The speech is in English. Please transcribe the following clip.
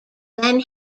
than